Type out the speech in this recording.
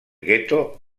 gueto